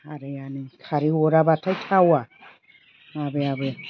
खारैयानो खारै अराब्लाथाय थावा माबायाबो